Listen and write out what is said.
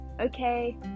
okay